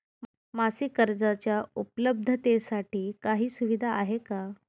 मासिक कर्जाच्या उपलब्धतेसाठी काही सुविधा आहे का?